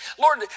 lord